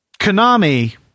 Konami